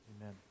Amen